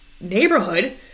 neighborhood